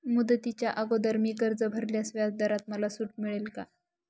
मुदतीच्या अगोदर मी कर्ज भरल्यास व्याजदरात मला सूट मिळेल का?